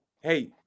hey